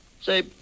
Say